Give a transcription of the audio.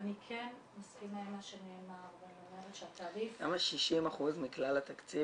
אני כן מסכימה עם מה שנאמר ואני אומרת שהתעריף -- 60% מכלל התקציב